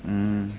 mm